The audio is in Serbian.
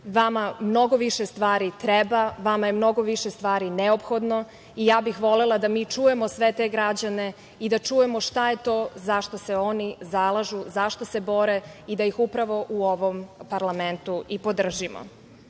Vama mnogo više stvari treba, vama je mnogo više stvari neophodno i ja bih volela da mi čujemo sve te građane i da čujemo šta je to za šta se oni zalažu, za šta se bore i da ih upravo u ovom parlamentu i podržimo. Ono